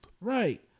right